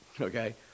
okay